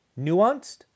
nuanced